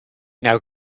now